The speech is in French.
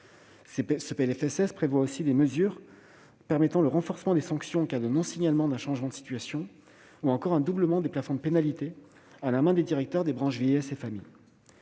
Ce texte prévoit aussi des mesures permettant le renforcement des sanctions en cas de non-signalement d'un changement de situation, ou encore un doublement des plafonds de pénalité, à la main des directeurs des branches vieillesse